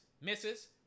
misses